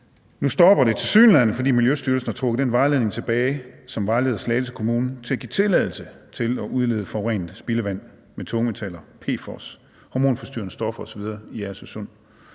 Nu stopper det tilsyneladende, fordi Miljøstyrelsen har trukket den vejledning tilbage, som har vejledt Slagelse Kommune til at give tilladelse til at udlede forurenet spildevand med tungmetaller, PFOS, hormonforstyrrende stoffer osv. i Agersø Sund.